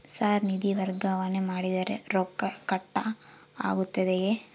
Sir ನಿಧಿ ವರ್ಗಾವಣೆ ಮಾಡಿದರೆ ರೊಕ್ಕ ಕಟ್ ಆಗುತ್ತದೆಯೆ?